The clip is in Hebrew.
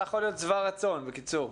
אתה יכול להיות שבע רצון, בקיצור.